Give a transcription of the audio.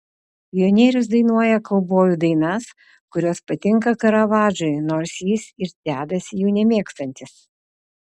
pionierius dainuoja kaubojų dainas kurios patinka karavadžui nors jis ir dedasi jų nemėgstantis